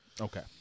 Okay